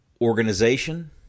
Organization